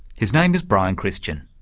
his name is brian christian.